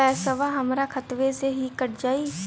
पेसावा हमरा खतवे से ही कट जाई?